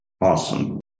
Awesome